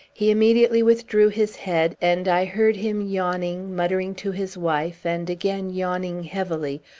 he immediately withdrew his head, and i heard him yawning, muttering to his wife, and again yawning heavily,